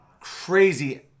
crazy